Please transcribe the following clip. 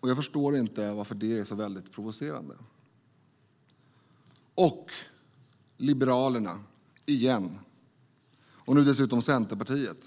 Jag förstår inte varför det är så provocerande. När det gäller Liberalerna igen, och nu dessutom Centerpartiet, vill jag ta upp följande.